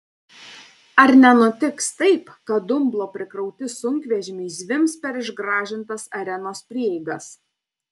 ar nenutiks taip kad dumblo prikrauti sunkvežimiai zvimbs per išgražintas arenos prieigas